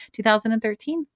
2013